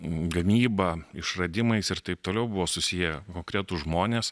gamyba išradimais ir taip toliau buvo susiję konkretūs žmonės